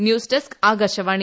news desk Akashvani